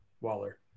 Waller